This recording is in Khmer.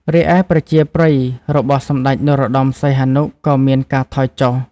រីឯប្រជាប្រិយរបស់សម្តេចនរោត្តមសីហនុក៏មានការថយចុះ។